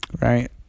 right